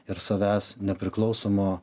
ir savęs nepriklausomo